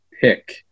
pick